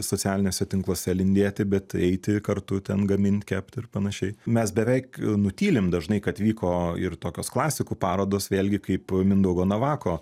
socialiniuose tinkluose lindėti bet eiti kartu ten gamint kept ir panašiai mes beveik nutylim dažnai kad vyko ir tokios klasikų parodos vėlgi kaip mindaugo navako